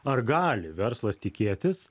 ar gali verslas tikėtis